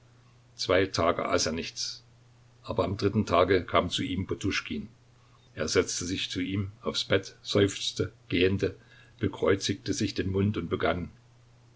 zwei tage aß er nichts aber am dritten tage kam zu ihm poduschkin er setzte sich zu ihm aufs bett seufzte gähnte bekreuzte sich den mund und begann